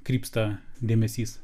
krypsta dėmesys